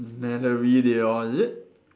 Malorie they all is it